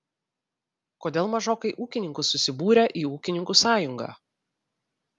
kodėl mažokai ūkininkų susibūrę į ūkininkų sąjungą